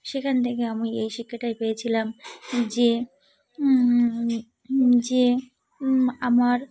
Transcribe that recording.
সেখান থেকে আমি এই শিক্ষাটাই পেয়েছিলাম যে যে আমার